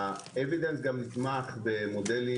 הוא גם נתמך במודלים,